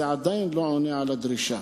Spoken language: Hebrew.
זה עדיין לא עונה על הדרישה.